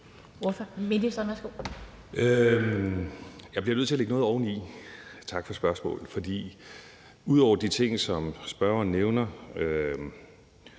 Jeg bliver nødt til at lægge noget oveni – og tak for spørgsmålet – for ud over de ting, som spørgeren nævner,